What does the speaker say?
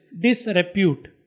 disrepute